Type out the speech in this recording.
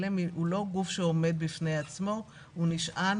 עלם הוא לא גוף שעומד בפני עצמו אלא הוא נשען